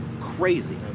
crazy